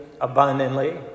abundantly